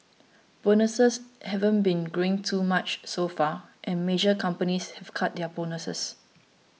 bonuses haven't been growing too much so far and major companies have cut their bonuses